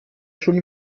schon